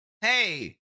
hey